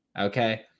Okay